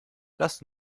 lasst